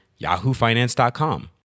yahoofinance.com